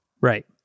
Right